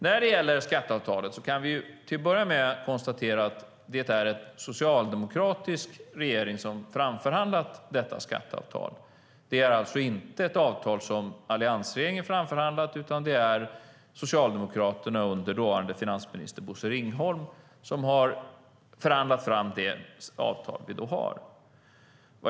När det gäller skatteavtalet kan vi till att börja med konstatera att det är en socialdemokratisk regering som har framförhandlat detta skatteavtal. Det är alltså inte ett avtal som alliansregeringen har framförhandlat, utan det är Socialdemokraterna under dåvarande finansminister Bosse Ringholm som har förhandlat fram det avtal vi har.